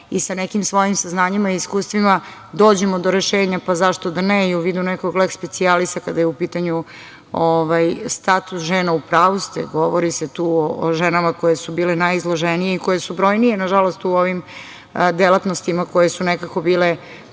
i sa nekim svojim saznanjima i iskustvima dođemo do rešenja, zašto da ne i u vidu nekog leks specijalisa kada je u pitanju status žena.U pravu ste, govori se tu o ženama koje su bile najizloženije i koje su brojnije, nažalost, u ovim delatnostima koje su nekako bile